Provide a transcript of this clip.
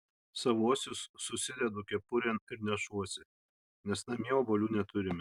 savuosius susidedu kepurėn ir nešuosi nes namie obuolių neturime